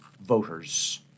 voters